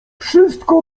wszystko